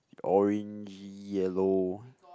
orangey yellow